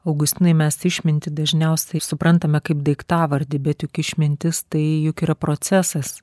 augustinai mes išmintį dažniausiai suprantame kaip daiktavardį bet juk išmintis tai juk yra procesas